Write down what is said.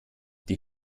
die